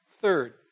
Third